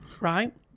Right